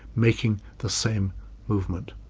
making the same movement.